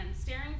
staring